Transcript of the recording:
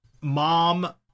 mom